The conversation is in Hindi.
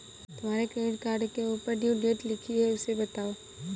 तुम्हारे क्रेडिट कार्ड के ऊपर ड्यू डेट लिखी है उसे बताओ